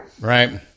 Right